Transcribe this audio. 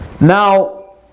Now